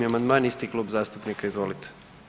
28. amandman, isti klub zastupnika, izvolite.